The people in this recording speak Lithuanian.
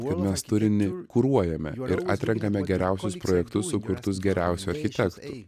kad mes turinį kuruojame ir atrenkame geriausius projektus sukurtus geriausių architektų